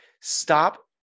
Stop